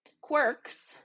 quirks